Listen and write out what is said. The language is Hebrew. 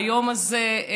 על היום הזה,